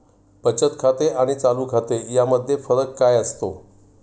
बचत खाते आणि चालू खाते यामध्ये फरक काय असतो?